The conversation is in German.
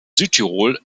südtirol